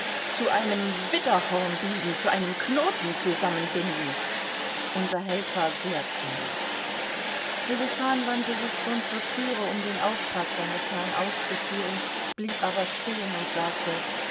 zu einem widderhorn biegen zu einem knoten zusammenbinden unser held war sehr zornig sselifan wandte sich schon zur türe um den auftrag seines herrn auszuführen blieb aber stehen und sagte